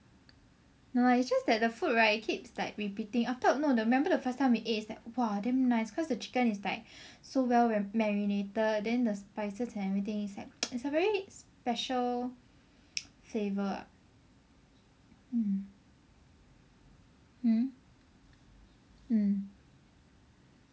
no lah it's just that the food right keeps like repeating after oh no remember after the first time we ate it's like !wah! damn nice cause the chicken is like so well marinated then the spices and everything is like it's a very special flavour uh mm hmm mm